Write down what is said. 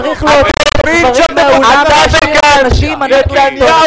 גם אם תחזור על המשפט עשר פעמים התקציב הרי לא יגיע היום.